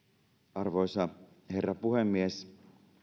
arvoisa herra puhemies